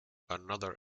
another